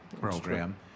program